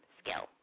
skill